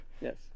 Yes